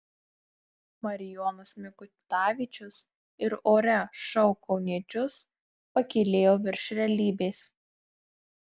marijonas mikutavičius ir ore šou kauniečius pakylėjo virš realybės